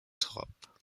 top